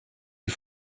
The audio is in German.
wie